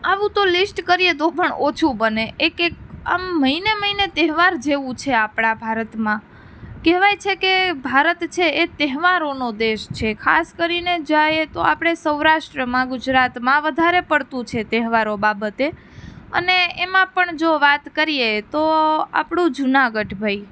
આવું તો લીસ્ટ કરીએ તો પણ ઓછું બને એક એક આમ મહિને મહિને તહેવાર જેવું છે આપણા ભારતમાં કહેવાય છે કે ભારત છે એ તહેવારનો દેશ છે ખાસ કરીને જાયે તો આપણે સૌરાષ્ટ્રમાં ગુજરાતમાં વધારે પડતું છે તહેવારો બાબતે અને એમાં પણ જો વાત કરીએ તો આપણું જુનાગઢ ભાઈ